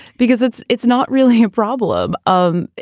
because it's it's not really a problem um